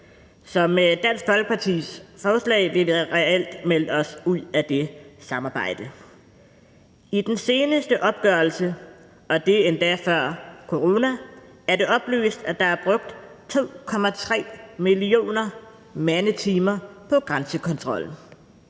med Dansk Folkepartis forslag vil vi reelt melde os ud af det samarbejde. I den seneste opgørelse – og det er endda før corona – er det oplyst, at der er brugt 2,3 millioner mandetimer på grænsekontrol,